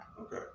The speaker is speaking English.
Okay